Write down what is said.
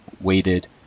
weighted